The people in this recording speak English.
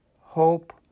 hope